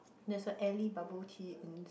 there is a alley bubble tea in